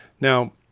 Now